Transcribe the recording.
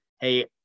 hey